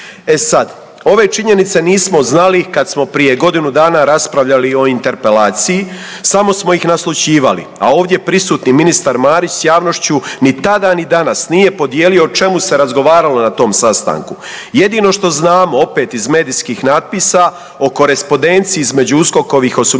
E sad, ove činjenice nismo znali kad smo prije godinu dana raspravljali o interpelaciji, samo smo ih naslućivali, a ovdje prisutni ministar Marić s javnošću ni tada ni danas nije podijelio o čemu se razgovaralo na tom sastanku. Jedino što znamo opet iz medijskih natpisa o korespondenciji između USKOK-ovih osumnjičenika